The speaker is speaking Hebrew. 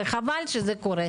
וחבל שזה קורה.